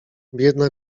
biedna